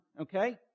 okay